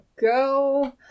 go